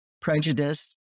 prejudice